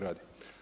Radi.